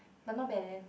but not bad leh